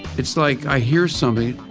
it's like i hear something,